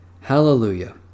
Hallelujah